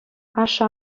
ашшӗ